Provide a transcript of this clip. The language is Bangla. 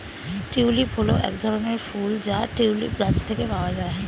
টিউলিপ হল এক ধরনের ফুল যা টিউলিপ গাছ থেকে পাওয়া যায়